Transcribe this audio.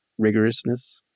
rigorousness